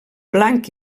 blanc